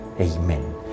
Amen